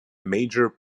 major